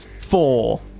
Four